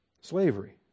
Slavery